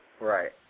Right